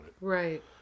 Right